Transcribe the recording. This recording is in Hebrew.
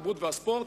התרבות והספורט.